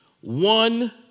one